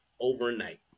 overnight